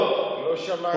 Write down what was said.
לא שמעתי אותך, לא.